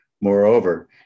Moreover